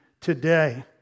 today